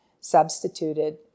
substituted